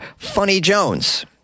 funnyjones